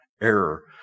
error